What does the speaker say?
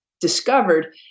discovered